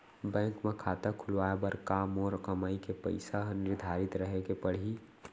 Bank म खाता खुलवाये बर का मोर कमाई के पइसा ह निर्धारित रहे के पड़ही?